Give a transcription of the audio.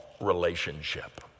relationship